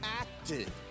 acted